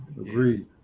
Agreed